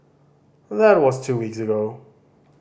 that was two weeks ago